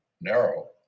narrow